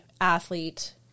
athlete